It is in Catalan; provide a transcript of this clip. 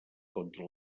contra